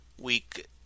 week